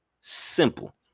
Simple